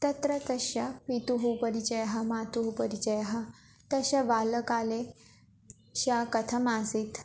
तत्र तस्य पितुः परिचयः मातुः परिचयः तस्य बालकालः श कथम् आसीत्